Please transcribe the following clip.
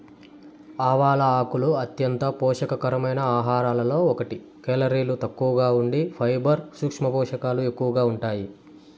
ఆవాల ఆకులు అంత్యంత పోషక కరమైన ఆహారాలలో ఒకటి, కేలరీలు తక్కువగా ఉండి ఫైబర్, సూక్ష్మ పోషకాలు ఎక్కువగా ఉంటాయి